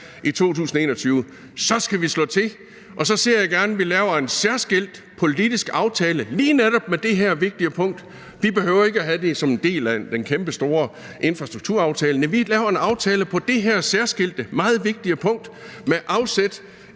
i 2020 – så skal vi slå til, og så ser jeg gerne, at vi laver en særskilt politisk aftale om lige netop det her vigtige punkt. Vi behøver ikke at have det som en del af den kæmpestore infrastrukturaftale, men at vi laver en aftale om det her særskilte og meget vigtige punkt med afsæt